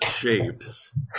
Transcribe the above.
shapes